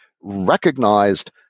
recognized